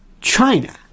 China